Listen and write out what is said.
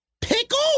Pickle